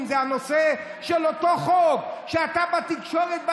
אם זה בנושא של אותו חוק שאתה בא ואומר בתקשורת: